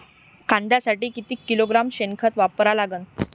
कांद्यासाठी किती किलोग्रॅम शेनखत वापरा लागन?